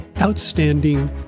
outstanding